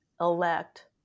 elect